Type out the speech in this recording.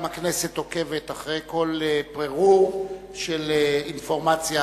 גם הכנסת עוקבת אחרי כל פירור של אינפורמציה,